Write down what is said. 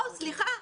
לא, סליחה.